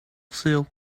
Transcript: sul